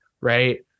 right